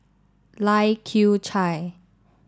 Lai Kew Chai